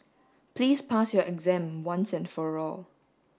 please pass your exam once and for all